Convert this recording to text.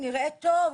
היא נראית טוב",